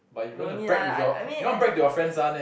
no need lah I I mean I mean not